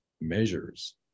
measures